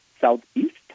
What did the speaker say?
southeast